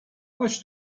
chodź